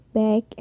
back